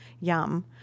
Yum